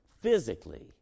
physically